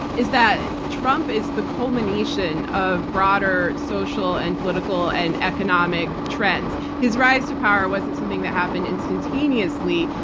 is that trump is the culmination of broader social and political and economic trends. his rise to power wasn't something that happened instantaneously.